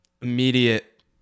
immediate